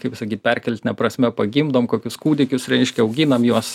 kaip sakyt perkeltine prasme pagimdom kokius kūdikius reiškia auginam juos